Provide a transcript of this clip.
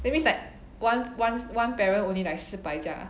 that means like one one one parent only like 四百这样